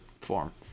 form